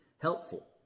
helpful